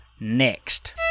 next